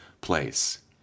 place